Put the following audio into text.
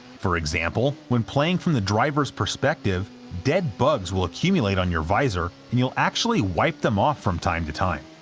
for example, when playing from the driver's perspective, dead bugs will accumulate on your visor, and you'll actually wipe then off from time to time.